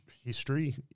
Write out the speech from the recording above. history